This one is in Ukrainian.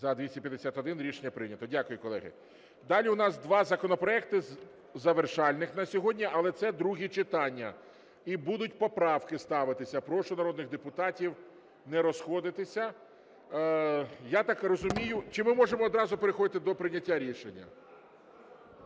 За-251 Рішення прийнято. Дякую, колеги. Далі в нас два законопроекти завершальні на сьогодні, але це друге читання, і будуть поправки ставитися. Прошу народних депутатів не розходитися. Я так розумію… Чи ми можемо одразу переходити до прийняття рішення?